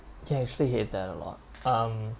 ya actually hate that a lot um